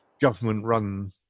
government-run